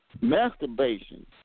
Masturbation